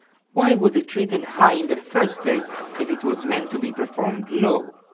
why was it written high in the first place if it was meant to be performed low?